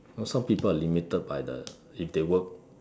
know some people are limited by the if they work